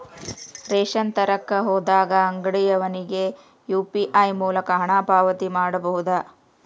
Ration ತರಕ ಹೋದಾಗ ಅಂಗಡಿಯವನಿಗೆ ಯು.ಪಿ.ಐ ಮೂಲಕ ಹಣ ಪಾವತಿ ಮಾಡಬಹುದಾ?